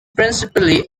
principally